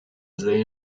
they